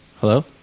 Hello